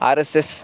R S S